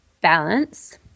balance